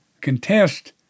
contest